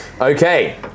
Okay